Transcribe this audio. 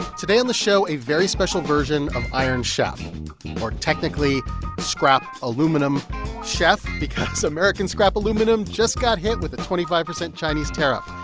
today on the show a very special version of iron chef or technically scrap aluminum chef because american scrap aluminum just got hit with a twenty five percent chinese tariff.